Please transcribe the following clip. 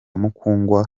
mukungwa